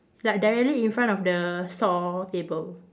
like directly in front of the store table